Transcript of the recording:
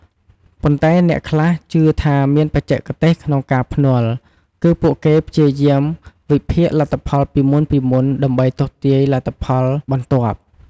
ប៉ុន្តែអ្នកលេងខ្លះជឿថាមានបច្ចេកទេសក្នុងការភ្នាល់គឺពួកគេព្យាយាមវិភាគលទ្ធផលពីមុនៗដើម្បីទស្សន៍ទាយលទ្ធផលបន្ទាប់។